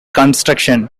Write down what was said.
construction